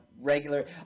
regular